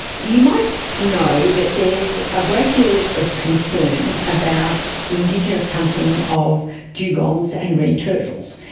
you might know that there's a great deal of concern about indigenous hunting of dugongs and green turtles.